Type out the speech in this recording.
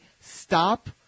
stop